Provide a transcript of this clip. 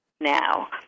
now